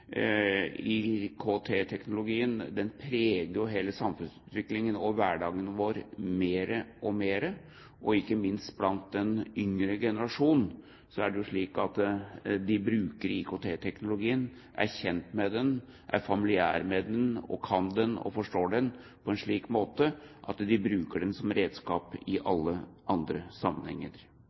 preger jo hele samfunnsutviklingen og hverdagene våre mer og mer. Ikke minst blant den yngre generasjonen er det slik at de bruker IKT. De er kjent med den, er familiær med den og kan den. De forstår den på en slik måte at de bruker den som redskap i alle sammenhenger.